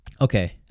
Okay